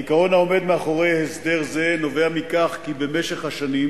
העיקרון העומד מאחורי הסדר זה נובע מכך כי במשך השנים